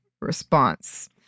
response